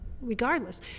regardless